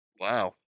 Wow